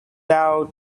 down